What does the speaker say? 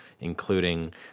including